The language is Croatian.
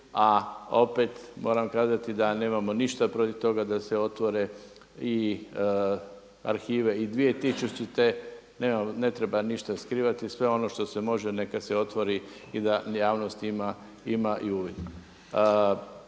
a opet moram kazati da nemamo ništa protiv toga da se otvore i arhive i 2000. Ne treba ništa skrivati. Sve ono što se može neka se otvori i da javnost ima i uvid.